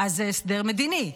אז זה הסדר מדיני.